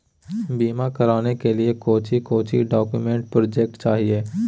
बीमा कराने के लिए कोच्चि कोच्चि डॉक्यूमेंट प्रोजेक्ट चाहिए?